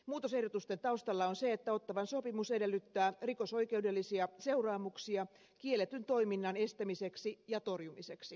muutosehdotusten taustalla on se että ottawan sopimus edellyttää rikosoikeudellisia seuraamuksia kielletyn toiminnan estämiseksi ja torjumiseksi